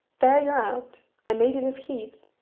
there you're out. i made it of heath.